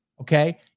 Okay